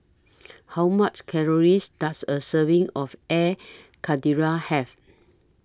How much Calories Does A Serving of Air Karthira Have